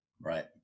Right